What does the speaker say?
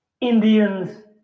Indians